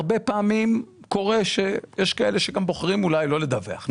הרבה פעמים קורה שיש כאלה שגם בוחרים לא לדווח.